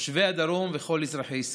תושבי הדרום וכל אזרחי ישראל.